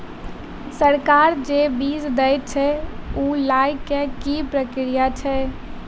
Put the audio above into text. सरकार जे बीज देय छै ओ लय केँ की प्रक्रिया छै?